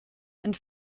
and